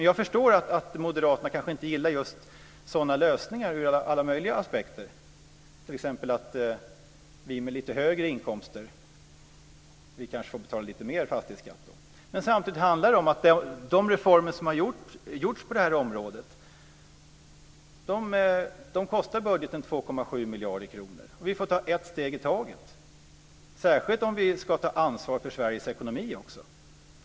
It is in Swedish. Jag förstår att Moderaterna kanske inte gillar just sådana lösningar ur alla möjliga aspekter. Det kan t.ex. gälla att vi med lite högre inkomster kanske får betala lite mer i fastighetsskatt. Men samtidigt handlar det om att de reformer som har gjorts på detta område kostar budgeten 2,7 miljarder kronor. Vi får ta ett steg i taget - särskilt om vi ska ta ansvar för Sveriges ekonomi också.